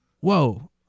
whoa